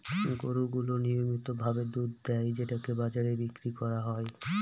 গরু গুলো নিয়মিত ভাবে দুধ দেয় যেটাকে বাজারে বিক্রি করা হয়